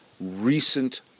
recent